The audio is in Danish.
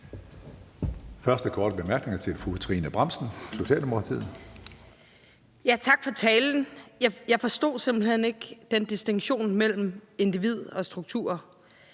Første korte bemærkning er til fru Trine Bramsen, Socialdemokratiet. Kl. 15:43 Trine Bramsen (S): Jeg forstod simpelt hen ikke den distinktion mellem individ og strukturer,